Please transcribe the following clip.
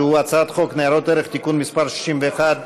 שהוא הצעת חוק ניירות ערך (תיקון מסי 61),